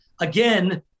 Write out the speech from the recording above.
again